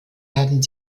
werden